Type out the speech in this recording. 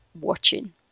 watching